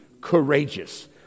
courageous